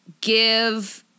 give